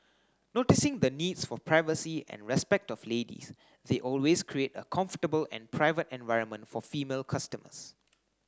noticing the needs for privacy and respect of ladies they always create a comfortable and private environment for female customers